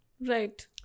Right